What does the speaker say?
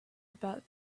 about